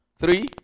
Three